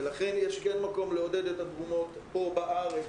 ולכן יש מקום לעודד את התרומות פה בארץ,